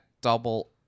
double